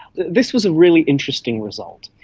this was a really interesting result.